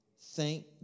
Thank